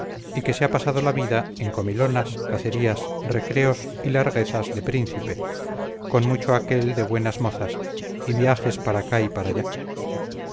y que se ha pasado la vida en comilonas cacerías recreos y larguezas de príncipe con mucho aquel de buenas mozas y viajes para acá y para allá